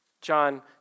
John